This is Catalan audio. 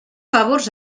favors